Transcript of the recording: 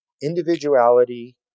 individuality